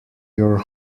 your